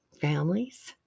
families